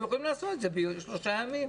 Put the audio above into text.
הם יכולים לעשות את זה בשלושה ימים